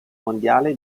mondiale